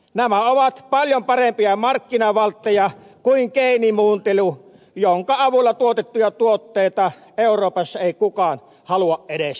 nämä ovat paljon parempia markkinavaltteja kuin geenimuuntelu jonka avulla tuotettuja tuotteita euroopassa ei kukaan halua edes ostaa